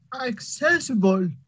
accessible